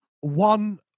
One